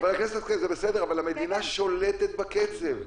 חבר הכנסת, כן, זה בסדר, אבל המדינה שולטת בקצב.